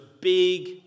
big